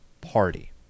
party